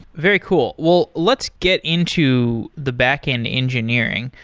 very cool. well, let's get into the backend engineering.